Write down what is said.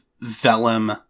vellum